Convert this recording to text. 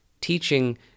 teaching